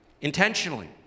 intentionally